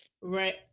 right